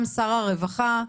גם שר הרווחה.